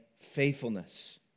faithfulness